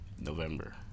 November